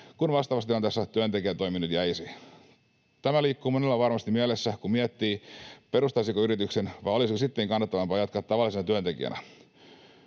kuin vastaavassa tilanteessa työntekijänä toiminut jäisi. Tämä liikkuu monella varmasti mielessä, kun miettii, perustaisiko yrityksen vai olisiko sittenkin kannattavampaa jatkaa tavallisena työntekijänä.